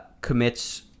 commits